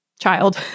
Child